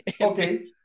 Okay